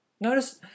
Notice